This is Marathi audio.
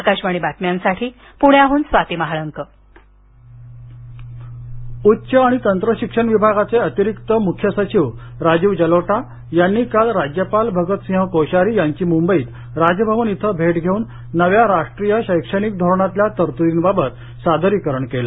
आकाशवाणी बातम्यांसाठी स्वाती महाळंक पुणे राज्यपाल उच्च आणि तंत्र शिक्षण विभागाचे अतिरिक्त मुख्य सचिव राजीव जलोटा यांनी काल राज्यपाल भगतसिंह कोश्यारी यांची मुंबईत राजभवन इथं भेट घेऊन नव्या राष्ट्रीय शैक्षणिक धोरणातल्या तरतुदींबाबत सादरीकरण केलं